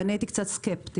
ואני הייתי קצת סקפטית,